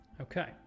okay